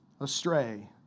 astray